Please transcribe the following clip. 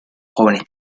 jóvenes